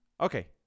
Okay